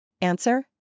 Answer